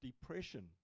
depression